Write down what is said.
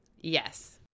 yes